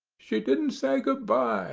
she didn't say good-bye